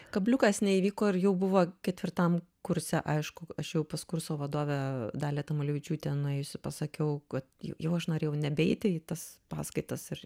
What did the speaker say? kabliukas neįvyko ir jau buvo ketvirtam kurse aišku aš jau pas kurso vadovę dalią tamulevičiūtę nuėjusi pasakiau kad jau aš norėjau nebeiti į tas paskaitas ir